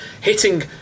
hitting